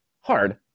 Hard